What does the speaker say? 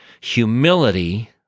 Humility